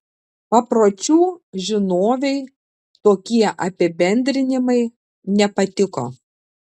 papročių žinovei tokie apibendrinimai nepatiko